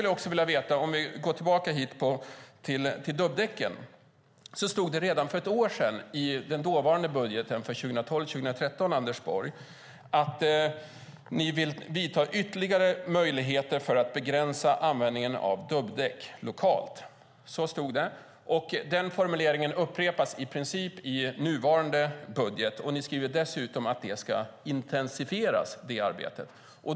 Vi kan gå tillbaka till dubbdäcken. Det stod redan i budgetpropositionen 2012/13, Anders Borg, om ytterligare möjligheter för att begränsa användningen av dubbdäck lokalt. Så stod det. Den formuleringen upprepas i princip när det gäller nuvarande budget. Ni skriver dessutom att det arbetet ska intensifieras.